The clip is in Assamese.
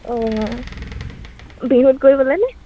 অঁ বিহুত কৰিবলেনে